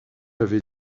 avait